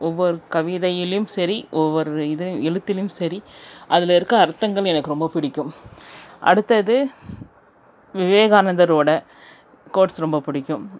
ஒவ்வொரு கவிதையிலையும் சரி ஒவ்வொரு இது எழுத்துலையும் சரி அதில் இருக்க அர்த்தங்கள் எனக்கு ரொம்ப பிடிக்கும் அடுத்தது விவேகானந்தரோட கோட்ஸ் ரொம்ப பிடிக்கும்